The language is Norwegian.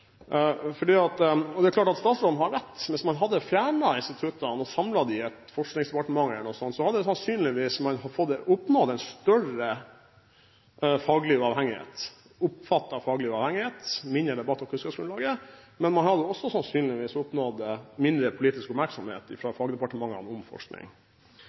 Det er klart at statsråden har rett i at hvis man hadde fjernet instituttene og samlet dem i et forskningsdepartement eller noe sånt, hadde man sannsynligvis oppnådd større faglig uavhengighet – oppfattet faglig uavhengighet – og fått mindre debatt om kunnskapsgrunnlaget. Men man hadde sannsynligvis også oppnådd mindre politisk oppmerksomhet fra fagdepartementene om forskning.